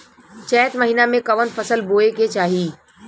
चैत महीना में कवन फशल बोए के चाही?